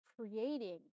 creating